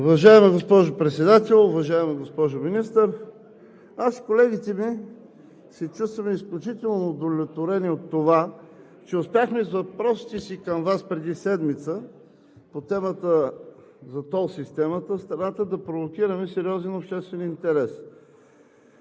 Уважаема госпожо Председател, уважаема госпожо Министър! Аз и колегите ми се чувстваме изключително удовлетворени от това, че успяхме с въпросите си към Вас преди седмица по темата за тол системата, в страната да провокираме сериозен обществен интерес.